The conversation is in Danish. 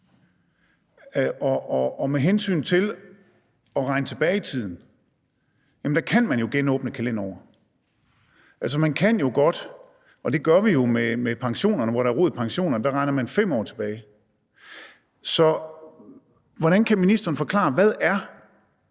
Og med hensyn til at regne tilbage i tiden kan man jo genåbne et kalenderår. Altså, det kan man jo godt, og det gør vi med pensionerne, nemlig når der er rod med pensionerne; der regner man 5 år tilbage. Så hvordan kan ministeren forklare, hvad de